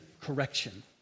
correction